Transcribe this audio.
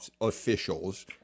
officials